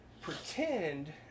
pretend